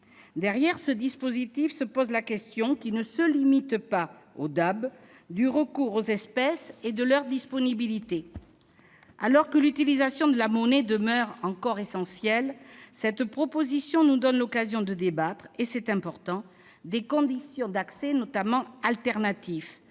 Derrière ce dispositif se pose la question, qui ne se limite pas aux DAB, du recours aux espèces et de leur disponibilité. Alors que l'utilisation de la monnaie demeure encore essentielle, ce texte nous donne l'occasion de débattre- et c'est important -des conditions d'accès aux espèces,